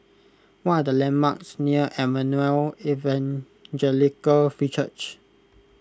what are the landmarks near Emmanuel Evangelical Free Church